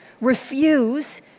Refuse